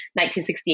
1968